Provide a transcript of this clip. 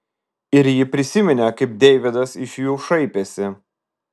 ir ji prisiminė kaip deividas iš jų šaipėsi